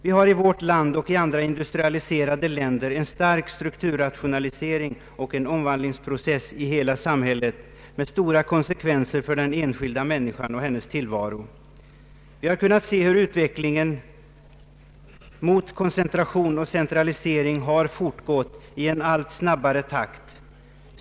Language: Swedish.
Vi har liksom andra industrialiserade länder en stark strukturrationalisering och en omvandlingsprocess i hela samhället med stora konsekvenser för den enskilda människan och hennes tillvaro. Vi har kunnat se hur utvecklingen mot koncentration och centralisering har fortgått i allt snabbare takt.